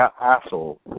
asshole